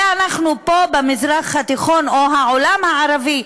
ואנחנו פה במזרח התיכון, או העולם הערבי,